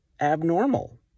abnormal